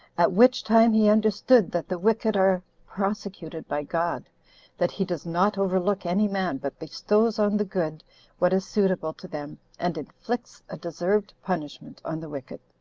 at which time he understood that the wicked are prosecuted by god that he does not overlook any man, but bestows on the good what is suitable to them, and inflicts a deserved punishment on the wicked.